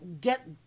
get